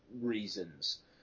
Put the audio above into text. reasons